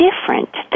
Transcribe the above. Different